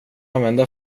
använda